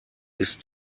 ist